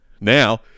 Now